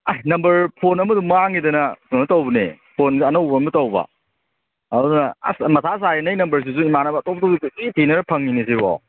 ꯑꯥꯏ number phone ꯑꯃꯗꯣ ꯃꯥꯡꯈꯤꯗꯅ ꯀꯩꯅꯣ ꯇꯧꯕꯅꯦ ꯐꯣꯟꯁꯦ ꯑꯅꯧꯕ ꯑꯃ ꯇꯧꯕ ꯑꯗꯨꯅ ꯑꯁ ꯃꯊꯥ ꯁꯥꯏ ꯅꯪ ꯅꯝꯕꯔꯁꯤꯁꯨ ꯏꯃꯥꯟꯅꯕ ꯑꯇꯣꯞ ꯑꯇꯣꯞꯄꯗꯩ ꯀꯣꯏꯊꯤ ꯊꯤꯅꯔꯒ ꯐꯪꯉꯤꯅꯦ ꯁꯤꯐꯧ